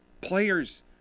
players